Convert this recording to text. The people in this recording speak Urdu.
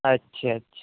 اچھا اچھا